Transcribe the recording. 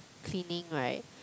cleaning right